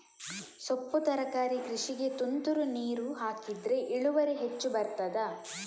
ಸೊಪ್ಪು ತರಕಾರಿ ಕೃಷಿಗೆ ತುಂತುರು ನೀರು ಹಾಕಿದ್ರೆ ಇಳುವರಿ ಹೆಚ್ಚು ಬರ್ತದ?